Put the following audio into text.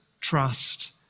trust